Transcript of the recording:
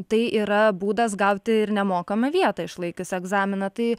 tai yra būdas gauti ir nemokamą vietą išlaikius egzaminą tai